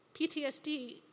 PTSD